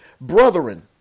Brethren